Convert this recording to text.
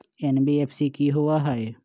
NBFC कि होअ हई?